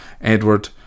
Edward